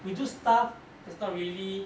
we do stuff that's not really